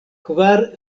kvar